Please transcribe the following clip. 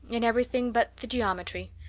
in everything but the geometry.